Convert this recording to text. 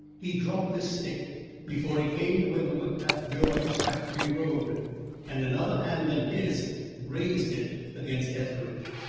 he dropped this stick before he came to where the wood path joins factory road and another hand than his raised it against etheridge.